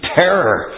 terror